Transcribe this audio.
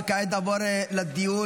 וכעת נעבור לדיון